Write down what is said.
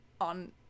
on